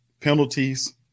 penalties